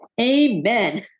Amen